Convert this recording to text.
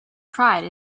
pride